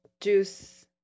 juice